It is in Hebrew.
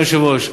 אדוני היושב-ראש,